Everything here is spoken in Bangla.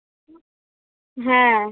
হ্যাঁ